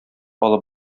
алып